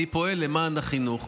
אני פועל למען החינוך.